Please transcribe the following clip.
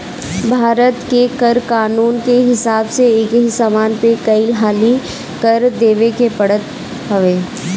भारत के कर कानून के हिसाब से एकही समान पे कई हाली कर देवे के पड़त हवे